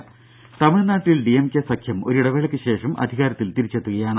ദേദ തമിഴ്നാട്ടിൽ ഡിഎംകെ സഖ്യം ഒരിടവേളക്ക് ശേഷം അധികാരത്തിൽ തിരിച്ചെത്തുകയാണ്